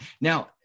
Now